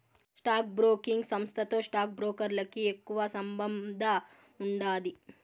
stock broking సంస్థతో stock బ్రోకర్లకి ఎక్కువ సంబందముండాది